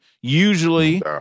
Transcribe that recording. Usually